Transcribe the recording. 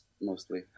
mostly